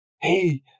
hey